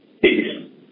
Peace